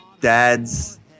dad's